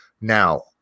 Now